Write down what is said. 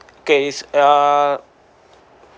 okay is err